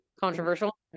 controversial